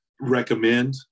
recommend